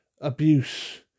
abuse